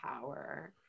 power